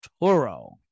Toro